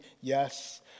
Yes